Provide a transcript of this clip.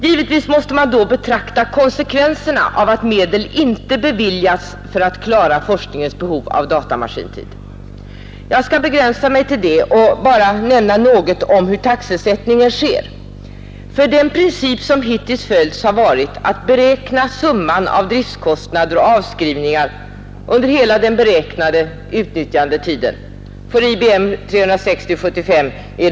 Givetvis måste man betrakta konsekvenserna av att medel inte beviljas för att klara forskningens behov av datamaskintid. Jag skall begränsa mig till det och bara nämna något om hur taxesättningen sker. Den princip som hittills har följts har nämligen varit att man räknat ut summan av driftkostnader och avskrivningar under hela den beräknade utnyttjade tiden, som för IMB 360/75 är fem år.